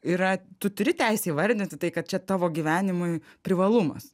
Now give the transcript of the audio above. yra tu turi teisę įvardinti tai kad čia tavo gyvenimui privalumas